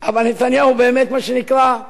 אבל נתניהו באמת, מה שנקרא,